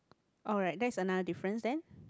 alright that's another difference then